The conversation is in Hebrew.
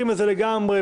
נמשיך בהסתייגויות.